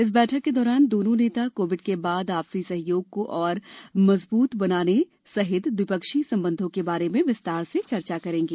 इस बैठक के दौरान दोनों नेता कोविड के बाद आपसी सहयोग को और मजबूत बनाने सहित द्विपक्षीय संबंधों के बारे में विस्तार से चर्चा करेंगे